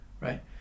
right